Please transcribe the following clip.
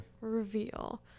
reveal